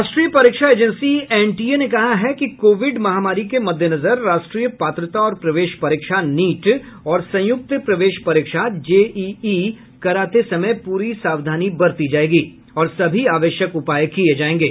राष्ट्रीय परीक्षा agency NTA ने कहा है कि कोविड महामारी के मद्देनजर राष्ट्रीय पात्रता और प्रवेश परीक्षा नीट और संयुक्त प्रवेश परीक्षा जेईई कराते समय प्ररी सावधानी बरती जाएगी और सभी आवश्यक उपाए किए जाएंगे